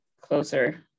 closer